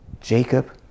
jacob